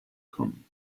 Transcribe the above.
kommen